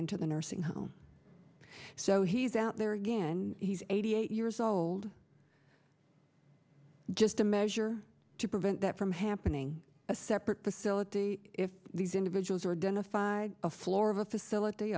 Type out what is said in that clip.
into the nursing home so he's out there again he's eighty eight years old just a measure to prevent that from happening a separate facility if these individuals were done a five a floor of a facility